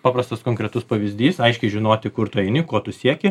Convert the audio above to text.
paprastas konkretus pavyzdys aiškiai žinoti kur tu eini ko tu sieki